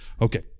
Okay